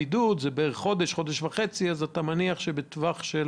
להניח שבטווח של